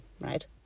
right